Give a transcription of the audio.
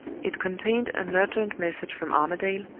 it contained an urgent message from armadale,